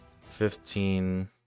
fifteen